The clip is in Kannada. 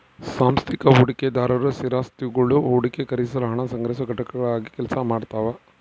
ಸಾಂಸ್ಥಿಕ ಹೂಡಿಕೆದಾರರು ಸ್ಥಿರಾಸ್ತಿಗುಳು ಹೂಡಿಕೆ ಖರೀದಿಸಲು ಹಣ ಸಂಗ್ರಹಿಸುವ ಘಟಕಗಳಾಗಿ ಕೆಲಸ ಮಾಡ್ತವ